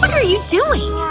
are you doing!